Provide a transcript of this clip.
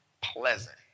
Pleasant